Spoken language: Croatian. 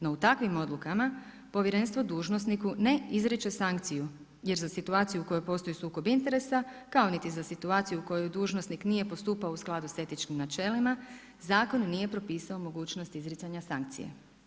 No, u takvim odlukama Povjerenstvo dužnosniku ne izriče sankciju, jer za situaciju u kojoj postoji sukob interesa kao niti za situaciju u kojoj dužnosnik nije postupao u skladu sa etičkim načelima zakon nije propisao mogućnost izricanja sankcije.